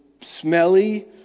smelly